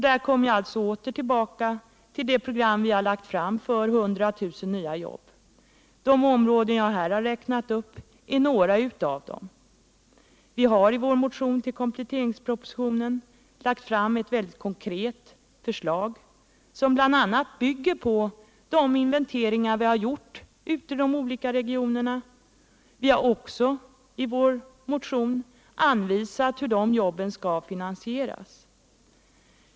Där kommer jag alltså åter tillbaka till det program om 100 000 nya jobb som vi har lagt fram. De områden jag här har räknat upp är några av dem. Vi har i vår motion till kompletteringspropositionen lagt fram ett konkret program, som bl.a. bygger på de inventeringar vi har gjort i de olika regionerna. Vi har också i vår motion anvisat hur jobben skall finansieras.